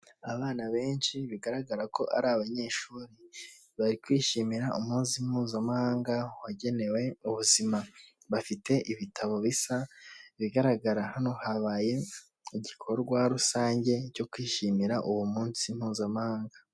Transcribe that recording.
Abana benshi bigaragara ko ari abanyeshuri, bari kwishimira umunsi mpuzamahanga wagenewe ubuzima, bafite ibitabo bisa, ibigaragara hano habaye igikorwa rusange cyo kwishimira uwo munsi mpuzamahanga.